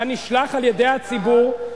אתה נשלח על-ידי הציבור,